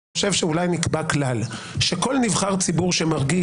אני חושב שאולי נקבע כלל שכל נבחר ציבור שמרגיש